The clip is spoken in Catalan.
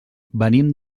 venim